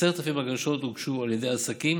כ-10,000 בקשות הוגשו על ידי עסקים